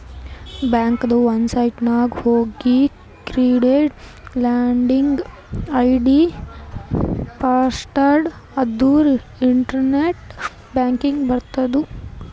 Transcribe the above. ಬ್ಯಾಂಕದು ವೆಬ್ಸೈಟ್ ನಾಗ್ ಹೋಗಿ ಕ್ರಿಯೇಟ್ ಲಾಗಿನ್ ಐ.ಡಿ, ಪಾಸ್ವರ್ಡ್ ಅಂದುರ್ ಇಂಟರ್ನೆಟ್ ಬ್ಯಾಂಕಿಂಗ್ ಬರ್ತುದ್